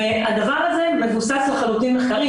והדבר הזה מבוסס לחלוטין מחקרית.